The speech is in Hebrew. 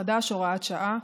הוראת שעה).